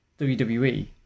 WWE